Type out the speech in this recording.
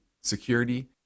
security